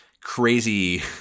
crazy